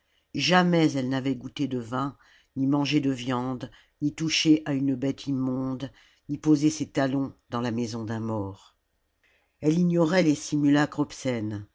jamais elle n'avait goûté de vin ni mangé de viandes ni touché à une bête immonde ni posé ss talons dans la maison d'un mort elle ignorait les simulacres obscènes